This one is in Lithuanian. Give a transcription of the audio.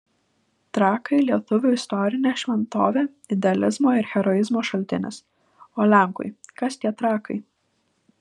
trakai lietuviui istorinė šventovė idealizmo ir heroizmo šaltinis o lenkui kas tie trakai